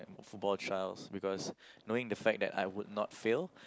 football trials because knowing the fact that I would not fail